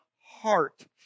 heart